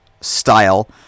style